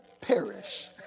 perish